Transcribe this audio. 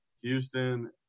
Houston